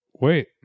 Wait